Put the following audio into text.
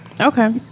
Okay